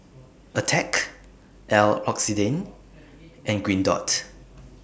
Attack L'Occitane and Green Dot